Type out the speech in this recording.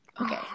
Okay